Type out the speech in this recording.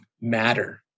matter